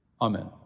Amen